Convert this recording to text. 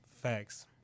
Facts